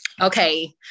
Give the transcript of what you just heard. okay